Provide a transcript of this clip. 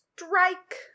Strike